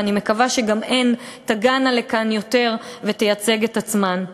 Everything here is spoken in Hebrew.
ואני מקווה שגם הן תגענה לכאן יותר ותייצגנה את עצמן.